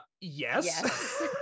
yes